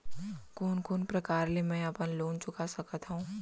कोन कोन प्रकार ले मैं अपन लोन चुका सकत हँव?